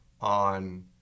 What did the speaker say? on